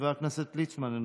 חבר הכנסת ליצמן,